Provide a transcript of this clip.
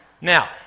Now